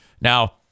Now